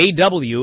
AW